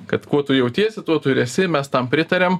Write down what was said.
kad kuo tu jautiesi tuo tu ir esi mes tam pritariam